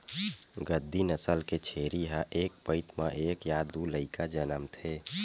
गद्दी नसल के छेरी ह एक पइत म एक य दू लइका जनमथे